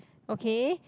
okay